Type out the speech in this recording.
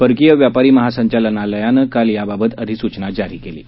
परकी व्यापार महासंचालनालयानं काल याबाबतअधिसुचना जारी केली आहे